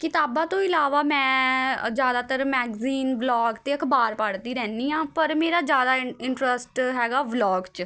ਕਿਤਾਬਾਂ ਤੋਂ ਇਲਾਵਾ ਮੈਂ ਜ਼ਿਆਦਾਤਰ ਮੈਗਜ਼ੀਨ ਵਲੋਗ ਅਤੇ ਅਖ਼ਬਾਰ ਪੜ੍ਹਦੀ ਰਹਿੰਦੀ ਹਾਂ ਪਰ ਮੇਰਾ ਜ਼ਿਆਦਾ ਇੰਟਰਸਟ ਹੈਗਾ ਵਲੋਗ 'ਚ